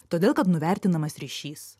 todėl kad nuvertinamas ryšys